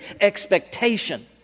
expectation